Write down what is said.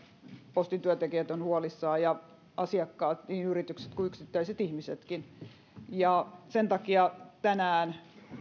postin työntekijät ja asiakkaat niin yritykset kuin yksittäiset ihmisetkin ovat huolissaan sen takia tänään